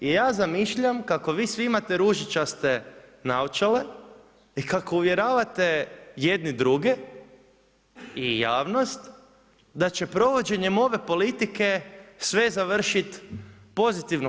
I ja zamišljam, kako vi svi imate ružičaste naočale i kako uvjeravate jedni druge i javnost, da će provođenjem ove politike sve završiti pozitivno.